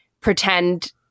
pretend